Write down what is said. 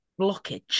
blockage